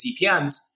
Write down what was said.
CPMs